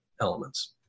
elements